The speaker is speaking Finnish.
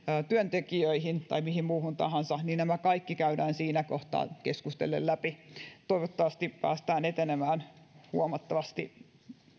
työntekijöihin tai mihin muuhun tahansa niin nämä kaikki käydään siinä kohtaa keskustellen läpi toivottavasti päästään etenemään huomattavasti